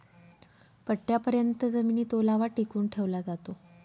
पट्टयापर्यत जमिनीत ओलावा टिकवून ठेवला जातो